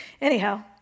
Anyhow